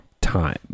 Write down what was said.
time